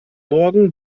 morgen